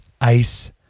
Ice